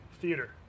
theater